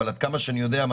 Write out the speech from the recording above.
אבל עד כמה שאני יודע,